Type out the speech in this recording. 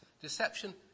Deception